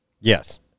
Yes